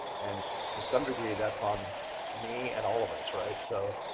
and to some degree that's on me and all of us, right? so